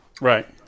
Right